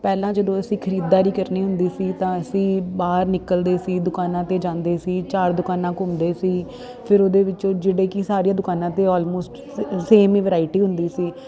ਪਹਿਲਾਂ ਜਦੋਂ ਅਸੀਂ ਖਰੀਦਦਾਰੀ ਕਰਨੀ ਹੁੰਦੀ ਸੀ ਤਾਂ ਅਸੀਂ ਬਾਹਰ ਨਿਕਲਦੇ ਸੀ ਦੁਕਾਨਾਂ 'ਤੇ ਜਾਂਦੇ ਸੀ ਚਾਰ ਦੁਕਾਨਾਂ ਘੁੰਮਦੇ ਸੀ ਫਿਰ ਉਹਦੇ ਵਿੱਚੋਂ ਜਿਹੜੇ ਕਿ ਸਾਰੀਆਂ ਦੁਕਾਨਾਂ 'ਤੇ ਆਲਮੋਸਟ ਸੇਮ ਹੀ ਵਰਾਇਟੀ ਹੁੰਦੀ ਸੀ